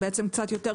בעצם קצת יותר,